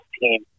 team